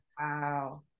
wow